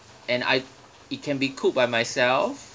and I it can be cooked by myself